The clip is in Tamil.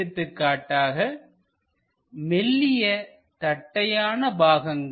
எடுத்துக்காட்டாக மெல்லிய தட்டையான பாகங்கள்